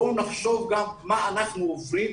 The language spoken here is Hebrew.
בואו נחשוב גם מה אנחנו עוברים,